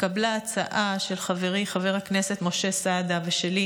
התקבלה ההצעה של חברי חבר הכנסת משה סעדה ושלי